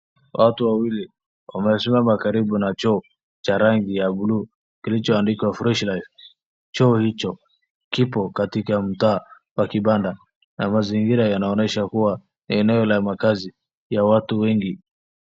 Watu wawili wamesimama karibu na choo cha rangi ya blue kilichoandikwa Fresh Life . Choo hicho kipo katika mtaa wa kibanda na mazingira yanaonyesha kuwa ni eneo la makazi ya watu wengi.